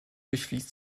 durchfließt